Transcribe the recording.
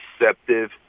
receptive